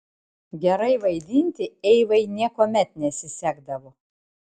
gerai vaidinti eivai niekuomet nesisekdavo